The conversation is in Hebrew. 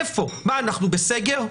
מה, אנחנו בסגר?